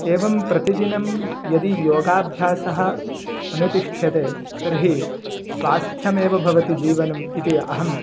एवं प्रतिदिनं यदि योगाभ्यासः अनुतिष्ठ्यते तर्हि स्वास्थ्यमेव भवति जीवनम् इति अहं